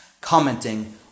commenting